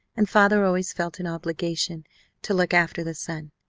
and father always felt an obligation to look after the son.